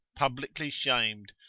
publicly shamed,